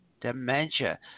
dementia